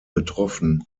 betroffen